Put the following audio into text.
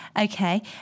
Okay